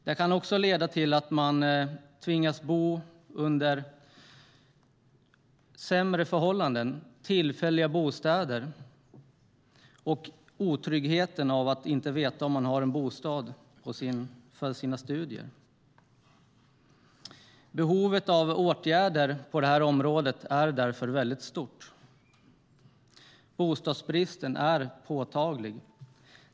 Det kan också leda till att man tvingas bo under sämre förhållanden, i tillfälliga bostäder och leva i otryggheten av att inte veta om man har en bostad på studieorten. Behovet av åtgärder på det här området är därför väldigt stort. Bostadsbristen är påtaglig.